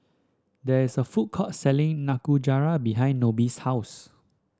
there is a food court selling Nikujaga behind Nobie's house